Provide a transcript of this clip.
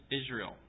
Israel